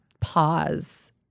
pause